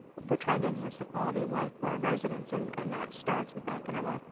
we're trying to enhance the quality of life for our residents. and and that starts with economic,